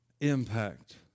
impact